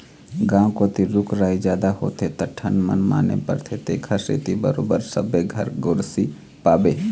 गाँव कोती रूख राई जादा होथे त ठंड मनमाने परथे तेखरे सेती बरोबर सबे घर गोरसी पाबे